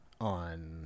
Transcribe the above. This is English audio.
on